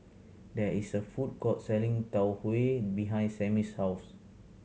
there is a food court selling Tau Huay behind Sammy's house